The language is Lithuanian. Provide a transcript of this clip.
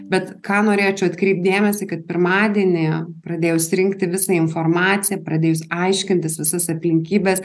bet ką norėčiau atkreipt dėmesį kad pirmadienį pradėjus rinkti visą informaciją pradėjus aiškintis visas aplinkybes